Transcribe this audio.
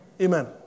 Amen